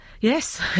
Yes